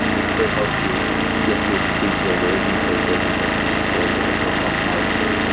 and it's very hard to get through a street where there isn't a building that's destroyed or or pockmarked or, you